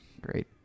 great